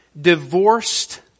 divorced